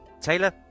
Taylor